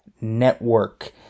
Network